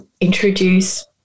introduce